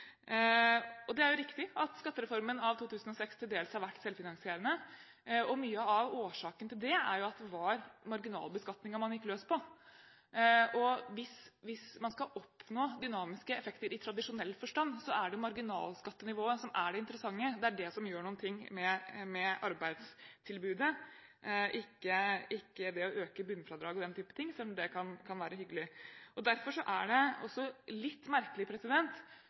Det er riktig at skattereformen av 2006 til dels har vært selvfinansierende. Mye av årsaken til det er jo at det var marginalbeskatningen man gikk løs på. Hvis man skal oppnå dynamiske effekter i tradisjonell forstand, er det marginalskattenivået som er det interessante. Det er det som gjør noe med arbeidstilbudet – ikke det å øke bunnfradraget og den type ting, selv om det kan være hyggelig. Derfor er det også litt merkelig